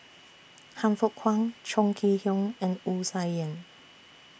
Han Fook Kwang Chong Kee Hiong and Wu Tsai Yen